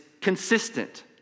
consistent